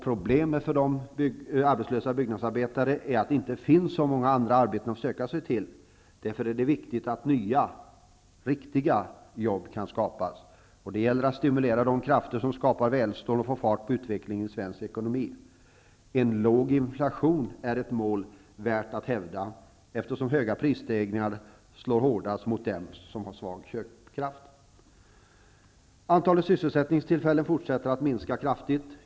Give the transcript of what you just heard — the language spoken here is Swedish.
Problemen för de arbetslösa byggnadsarbetarna är att det inte finns så många andra arbeten att söka sig till. Därför är det viktigt att nya, riktiga arbeten kan skapas. Det gäller att stimulera de krafter som skapar välstånd och få fart på utvecklingen i svensk ekonomi. En låg inflation är ett mål värt att hävda. Höga prisstegringar slår hårdast mot dem som har svag köpkraft. Antalet sysselsättningstillfällen fortsätter att minska kraftigt.